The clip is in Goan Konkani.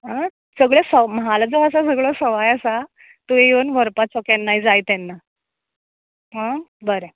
आं सगळे फळ म्हाल जो आसा सगळो सवाय आसा तो येवन व्हरपाचो केन्नाय जाय तेन्ना हां बरें